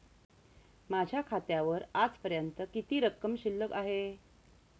माझ्या खात्यावर आजपर्यंत किती रक्कम शिल्लक आहे?